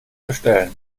bestellen